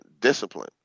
discipline